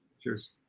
Cheers